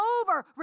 over